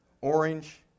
orange